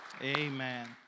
Amen